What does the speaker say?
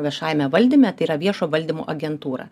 viešajame valdyme tai yra viešo valdymo agentūra